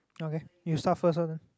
okay you start first lor then